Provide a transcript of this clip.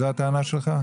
זאת הטענה שלך?